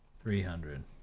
three hundred.